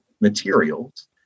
materials